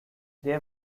they